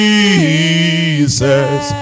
Jesus